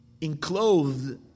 enclosed